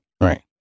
Right